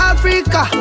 Africa